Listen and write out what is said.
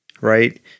right